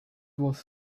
was